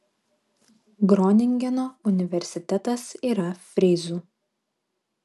groningeno universitetas yra fryzų